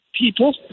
people